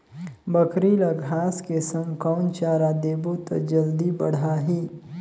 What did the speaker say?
बकरी ल घांस के संग कौन चारा देबो त जल्दी बढाही?